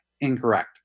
incorrect